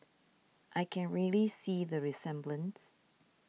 I can really see the resemblance